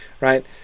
right